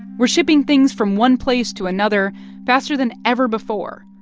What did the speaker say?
we're shipping things from one place to another faster than ever before,